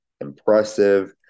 impressive